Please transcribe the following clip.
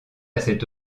cette